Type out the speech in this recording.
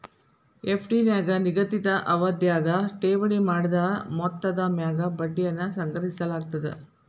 FD ನ್ಯಾಗ ನಿಗದಿತ ಅವಧ್ಯಾಗ ಠೇವಣಿ ಮಾಡಿದ ಮೊತ್ತದ ಮ್ಯಾಗ ಬಡ್ಡಿಯನ್ನ ಸಂಗ್ರಹಿಸಲಾಗ್ತದ